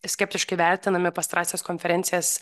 skeptiškai vertinami pastarąsias konferencijas